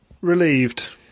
Relieved